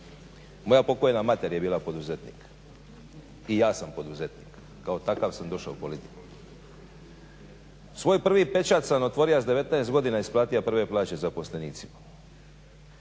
moja pokojna mater je bila poduzetnik i ja sam poduzetnik, kao takav sam došao u politiku. Svoj prvi pečat sam otvorio s 19 godina i isplatio prve plaće zaposlenicima.